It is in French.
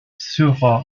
sera